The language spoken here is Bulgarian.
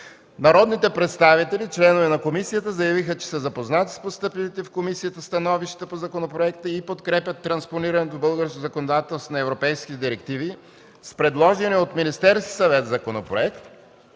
Народните представители – членове на комисията, заявиха, че са запознати с постъпилите в комисията становища по законопроекта и подкрепят транспонирането в българското законодателство на европейските директиви с предложения от Министерски съвет законопроект,